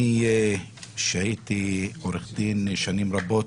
אני שהייתי עורך דין שנים רבות,